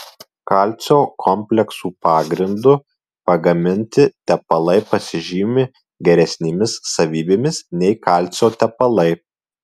kalcio kompleksų pagrindu pagaminti tepalai pasižymi geresnėmis savybėmis nei kalcio tepalai